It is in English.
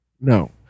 no